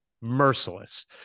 Merciless